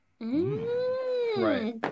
Right